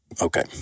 Okay